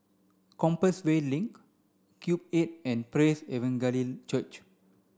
Compassvale Link Cube eight and Praise Evangelical Church